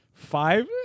Five